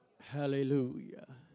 Hallelujah